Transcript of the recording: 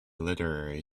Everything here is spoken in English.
literary